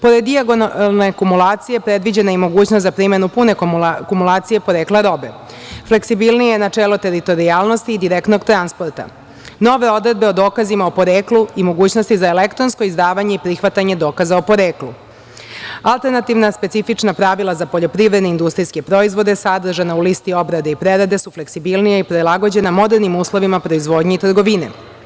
Pored dijagonalne akumulacije, predviđena je i mogućnost za primenu pune kumulacije porekla robe, fleksibilnije načelo teritorijalnosti i direktnog transporta, nove odredbe o dokazima o poreklu i mogućnosti za elektronsko izdavanje i prihvatanje dokaza o poreklu, alternativna specifična pravila za poljoprivredne i industrijske proizvode, sadržana u listi obrade i prerade su fleksibilnija i prilagođena modernim uslovima proizvodnje i trgovine.